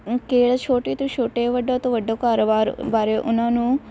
ਕੇ ਛੋਟੀ ਤੋਂ ਛੋਟੇ ਵੱਡਾ ਤੋਂ ਵੱਡਾ ਕਾਰੋਬਾਰ ਬਾਰੇ ਉਹਨਾਂ ਨੂੰ